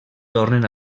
tornen